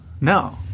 No